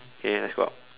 okay let's go out